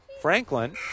Franklin